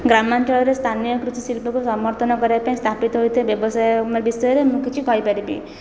ଗ୍ରାମାଞ୍ଚଳରେ ସ୍ଥାନୀୟ କୃଷିଶିଳ୍ପକୁ ସମର୍ଥନ କରିବା ପାଇଁ ସ୍ଥାପିତ ହୋଇଥିବା ବ୍ୟବସାୟଙ୍କ ବିଷୟରେ ମୁଁ କିଛି କହିପାରିବି